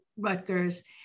Rutgers